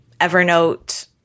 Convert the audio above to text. Evernote